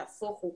נהפוך הוא,